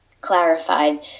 clarified